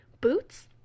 boots